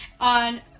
On